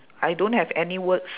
I don't have any words